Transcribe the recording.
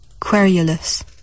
Querulous